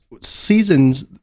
seasons